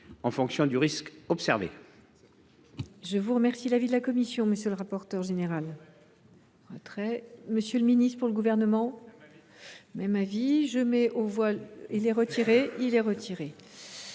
qu’en fonction du risque observé.